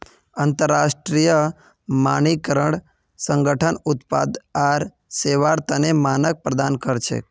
अंतरराष्ट्रीय मानकीकरण संगठन उत्पाद आर सेवार तने मानक प्रदान कर छेक